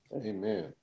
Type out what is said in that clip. Amen